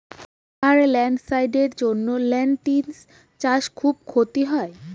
পাহাড়ে ল্যান্ডস্লাইডস্ এর জন্য লেনটিল্স চাষে খুব ক্ষতি হয়